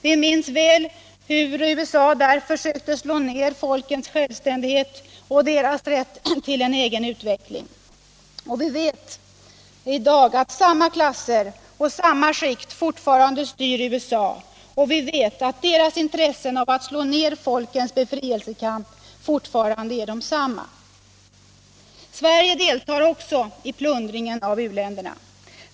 Vi minns väl hur USA där försökte slå ner folkens självständighet och deras rätt till en egen utveckling. Och vi vet i dag att samma klasser och skikt fortfarande styr USA, och vi vet att deras intressen av att slå ner folkens befrielsekamp fortfarande är desamma. Sverige deltar också i plundringen av u-länderna.